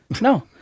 no